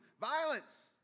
violence